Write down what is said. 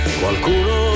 qualcuno